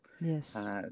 Yes